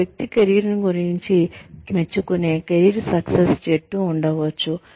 ఒక వ్యక్తి కెరీర్ను గుర్తించి మెచ్చుకునే కెరీర్ సక్సెస్ జట్లు ఉండవచ్చు